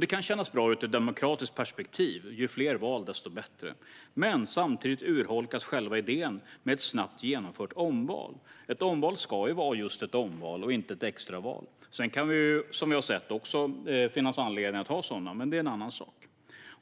Det kan kännas bra ur ett demokratiskt perspektiv. Ju fler val, desto bättre. Men samtidigt urholkas själva idén med ett snabbt genomfört omval. Ett omval ska vara just ett omval och inte ett extraval. Sedan kan det som vi har sett också finnas anledning att ha sådana, men det är en annan sak.